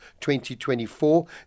2024